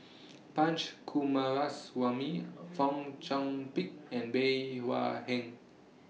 Punch Coomaraswamy Fong Chong Pik and Bey Hua Heng